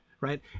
Right